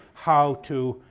how to,